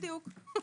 כן, בדיוק.